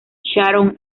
sharon